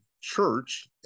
church